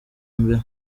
mbere